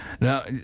now